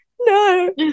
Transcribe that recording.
No